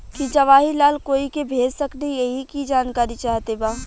की जवाहिर लाल कोई के भेज सकने यही की जानकारी चाहते बा?